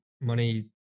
money